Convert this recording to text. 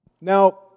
Now